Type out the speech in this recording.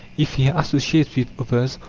if he associates with others,